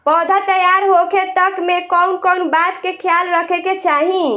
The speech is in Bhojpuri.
पौधा तैयार होखे तक मे कउन कउन बात के ख्याल रखे के चाही?